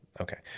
Okay